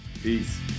Peace